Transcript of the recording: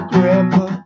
Grandpa